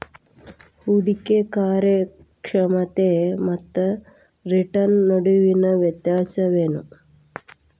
ಹೂಡ್ಕಿ ಕಾರ್ಯಕ್ಷಮತೆ ಮತ್ತ ರಿಟರ್ನ್ ನಡುವಿನ್ ವ್ಯತ್ಯಾಸ ಏನು?